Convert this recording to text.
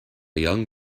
young